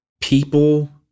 people